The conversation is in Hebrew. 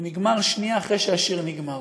הוא נגמר שנייה אחרי שהשיר נגמר.